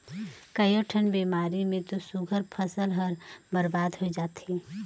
कयोठन बेमारी मे तो सुग्घर फसल हर बरबाद होय जाथे